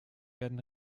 werden